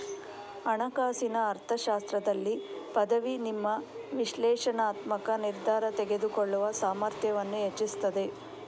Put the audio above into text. ಹಣಕಾಸಿನ ಅರ್ಥಶಾಸ್ತ್ರದಲ್ಲಿ ಪದವಿ ನಿಮ್ಮ ವಿಶ್ಲೇಷಣಾತ್ಮಕ ನಿರ್ಧಾರ ತೆಗೆದುಕೊಳ್ಳುವ ಸಾಮರ್ಥ್ಯವನ್ನ ಹೆಚ್ಚಿಸ್ತದೆ